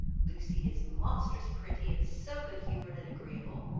lucy is monstrous pretty, and so good humoured and agreeable!